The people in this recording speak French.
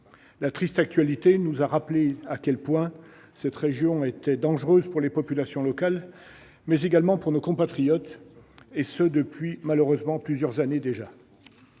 La triste actualité nous a rappelé à quel point cette région était dangereuse pour les populations locales, mais aussi pour nos compatriotes, et ce depuis plusieurs années déjà.